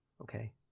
okay